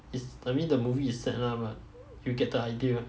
it's I mean the movie is sad lah but you get the idea